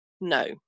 No